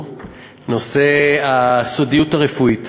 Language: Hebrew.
נושא הסודיות הרפואית.